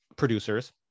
producers